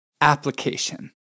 application